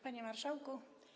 Panie Marszałku!